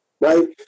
right